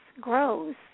grows